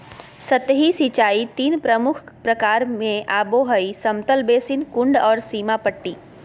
सतही सिंचाई तीन प्रमुख प्रकार में आबो हइ समतल बेसिन, कुंड और सीमा पट्टी